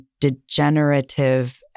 degenerative